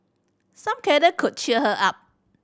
some cuddle could cheer her up